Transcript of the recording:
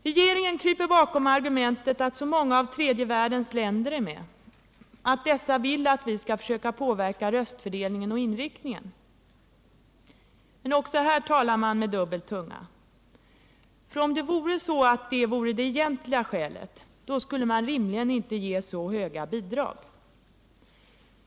Regeringen kryper bakom argumentet att så många av tredje världens länder är med —-att dessa vill att vi skall försöka påverka röstfördelningen och inriktningen. Också här talar man med dubbel tunga, för om det vore så att detta vore det egentliga skälet, då skulle man rimligen inte ge så höga bidrag.